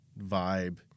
vibe